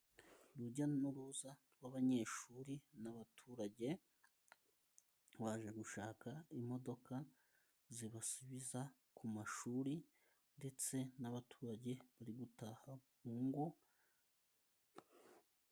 Urujya n'uruza rw'abanyeshuri n'abaturage baje gushaka imodoka zibasubiza ku mashuri, ndetse n'abaturage bari gutaha mu ngo.